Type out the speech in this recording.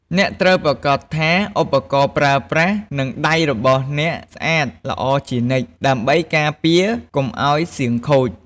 អ្នកត្រូវប្រាកដថាឧបករណ៍ប្រើប្រាស់ និងដៃរបស់អ្នកស្អាតល្អជានិច្ច ដើម្បីការពារកុំឱ្យសៀងខូច។